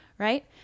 Right